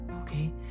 Okay